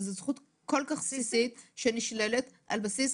זו זכות כל כך בסיסית שנשללת ממנו.